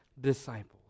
disciples